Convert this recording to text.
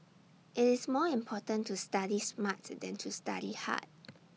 IT is more important to study smart than to study hard